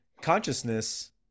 Consciousness